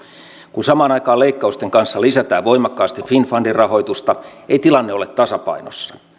kun samaan aikaan leikkausten kanssa lisätään voimakkaasti finnfundin rahoitusta ei tilanne ole tasapainossa